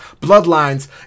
Bloodlines